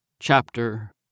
Chapter